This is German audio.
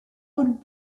und